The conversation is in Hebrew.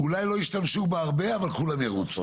אולי לא ישתמשו בה הרבה, אבל כולם ירוצו.